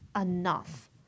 enough